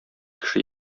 кеше